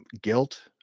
guilt